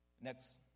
Next